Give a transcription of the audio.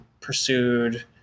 pursued